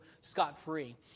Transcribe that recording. scot-free